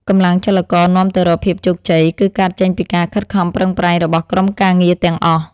កម្លាំងចលករនាំទៅរកភាពជោគជ័យគឺកើតចេញពីការខិតខំប្រឹងប្រែងរបស់ក្រុមការងារទាំងអស់។